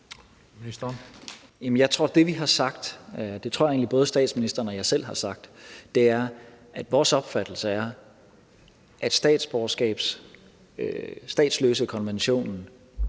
det tror jeg egentlig både statsministeren og jeg selv har sagt, er, at vores opfattelse er, at statsløsekonventionen